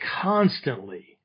constantly